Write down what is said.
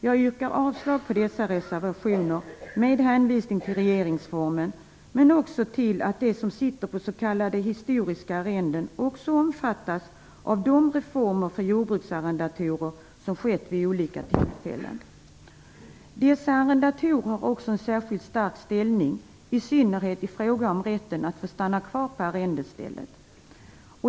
Jag yrkar avslag på dessa reservationer med hänvisning till regeringsformen men också med hänvisning till att de som sitter på s.k. historiska arrenden också omfattas av de reformer för jordbruksarrendatorer som genomförts vid olika tillfällen. Dessa arrendatorer har också en särskilt stark ställning i synnerhet i fråga om rätten att få stanna kvar på arrendestället.